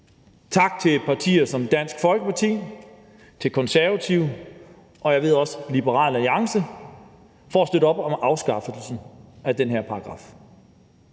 Tak til partier som Dansk Folkeparti og Konservative og også Liberal Alliance, ved jeg, for at støtte op om afskaffelsen af den her paragraf.